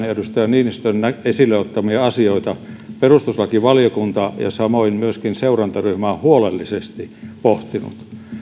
edustaja niinistön esille ottamia asioita perustuslakivaliokunta ja samoin myöskin seurantaryhmä ovat huolellisesti pohtineet